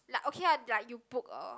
like okay ah like you book a